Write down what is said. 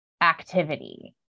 activity